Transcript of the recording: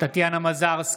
טטיאנה מזרסקי,